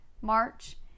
march